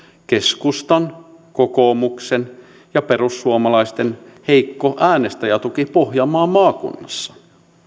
keskustan kokoomuksen ja perussuomalaisten heikko äänestäjätuki pohjanmaan maakunnissa